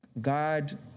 God